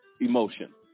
emotion